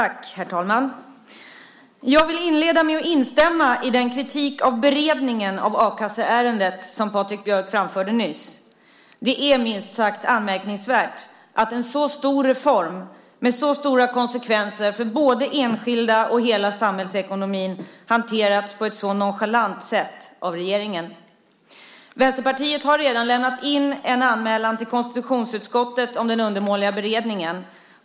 Herr talman! Jag vill inleda med att instämma i den kritik av beredningen av a-kasseärendet som Patrik Björck framförde nyss. Det är minst sagt anmärkningsvärt att en så stor reform med så stora konsekvenser för både enskilda och hela samhällsekonomin hanterats på ett så nonchalant sätt av regeringen. Vänsterpartiet har redan lämnat in en anmälan till konstitutionsutskottet om den undermåliga beredningen.